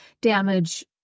damage